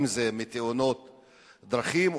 אם זה מתאונות דרכים,